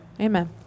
amen